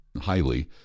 highly